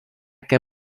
què